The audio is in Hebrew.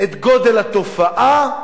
את גודל התופעה,